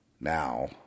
now